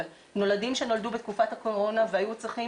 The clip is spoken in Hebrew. אבל נולדים שנולדו בתקופת הקורונה והיו צריכים